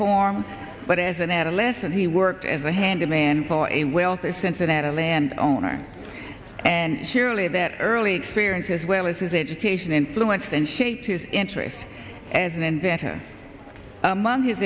form but as an adolescent he worked as a handyman for a wealth of cincinnati a land owner and surely their early experience as well as his education influence then shaped his interest as an inventor among his